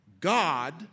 God